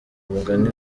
umugani